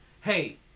hey